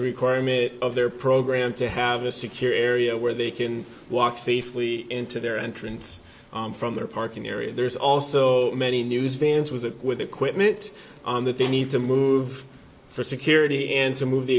a requirement of their program to have a secure area where they can walk safely into their entrance from their parking area there's also many news vans with with equipment on that they need to move for security and to move the